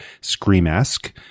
scream-esque